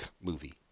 movie